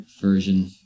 version